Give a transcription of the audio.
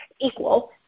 equal